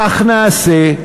כך נעשה,